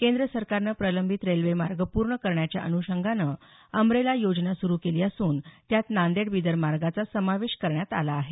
केंद्र सरकारनं प्रलंबित रेल्वे मार्ग पूर्ण करण्याच्या अनुषंगानं अंब्रेला योजना सुरु केली असून त्यात नांदेड बीदर मार्गाचा समावेश करण्यात आला आहे